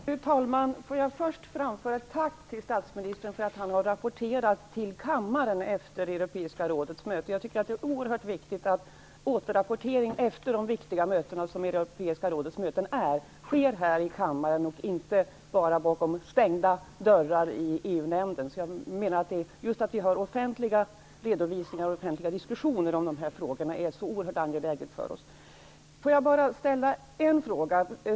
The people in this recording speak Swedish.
Fru talman! Får jag först framföra ett tack till statsministern för att han har rapporterat till kammaren efter Europeiska rådets möte. Jag tycker att det är oerhört viktigt att återrapportering efter viktiga möten, som Europeiska rådets möten är, sker här i kammaren och inte bara bakom stängda dörrar i EU nämnden. Just att vi har offentliga redovisningar och diskussioner i de här frågorna är alltså oerhört angeläget för oss.